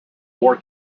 war